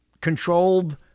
controlled